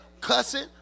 cussing